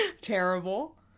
Terrible